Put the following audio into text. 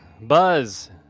buzz